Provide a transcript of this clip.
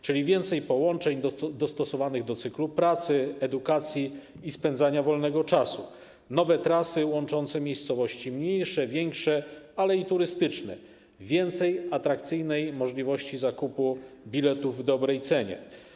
Czyli więcej połączeń dostosowanych do cyklu pracy, edukacji i spędzania wolnego czasu; nowe trasy łączące miejscowości mniejsze, większe, ale i turystyczne; więcej atrakcyjnej możliwości zakupu biletów w dobrej cenie.